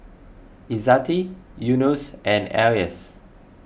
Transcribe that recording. Izzati Yunos and Elyas